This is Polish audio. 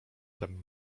tem